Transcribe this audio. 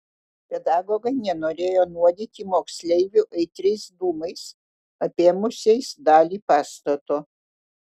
pedagogai nenorėjo nuodyti moksleivių aitriais dūmais apėmusiais dalį pastato